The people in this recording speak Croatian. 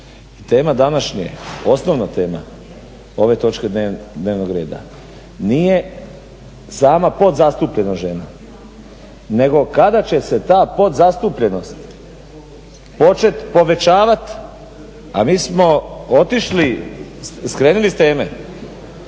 Tema današnje, osnovna tema ove točke dnevnog reda nije sama podzastupljenost žena nego kada će se ta podzastupljenost počet povećavat, a mi smo otišli, skrenuli s teme.